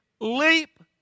leap